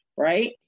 Right